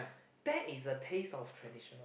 that is the taste of traditional